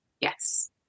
Yes